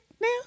now